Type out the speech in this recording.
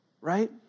right